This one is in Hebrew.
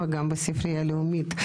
וגם בספרייה הלאומית.